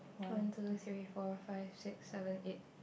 one two three four five six seven eight